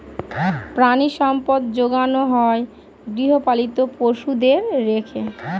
প্রাণিসম্পদ যোগানো হয় গৃহপালিত পশুদের রেখে